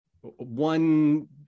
one